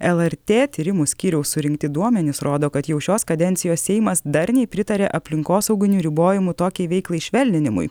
lrt tyrimų skyriaus surinkti duomenys rodo kad jau šios kadencijos seimas darniai pritarė aplinkosauginių ribojimų tokiai veiklai švelninimui